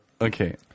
Okay